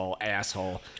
asshole